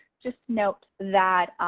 just note that,